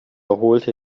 erholte